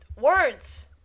Words